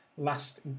last